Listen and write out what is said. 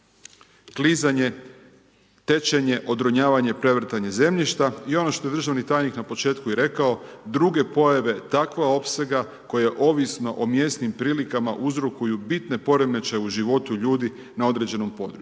klizanje, tečenje, odronjavanje prevrtanje zemljišta i ono što je državni tajnik na početku i rekao, druge pojave takvog opsega, koji ovisno o mjesnim prilikama uzrokuju bitne poremećaje u životu ljudi na određenom području.